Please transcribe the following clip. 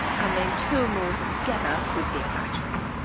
and then two more of them together would be a battery.